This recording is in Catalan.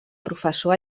professor